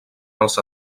els